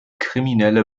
kriminelle